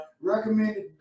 recommended